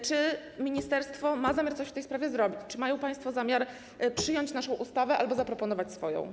Czy ministerstwo ma zamiar coś w tej sprawie zrobić, czy mają państwo zamiar przyjąć naszą ustawę albo zaproponować swoją?